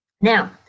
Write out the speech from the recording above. Now